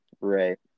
right